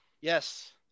Yes